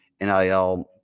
NIL